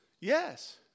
Yes